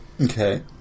Okay